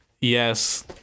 yes